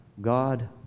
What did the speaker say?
God